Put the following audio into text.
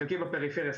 חלקי בפריפריה,